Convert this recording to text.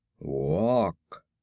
Walk